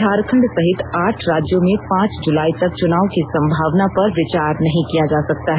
झारखंड सहित आठ राज्यों में पांच जुलाई तक चुनाव की संभावना पर विचार नहीं किया जा सकता है